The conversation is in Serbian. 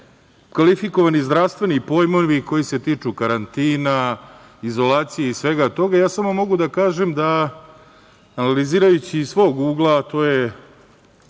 kvalifikovani zdravstveni pojmovi koji se tiču karantina, izolacije i svega toga. Samo mogu kažem da analizirajući iz svog ugla, a to je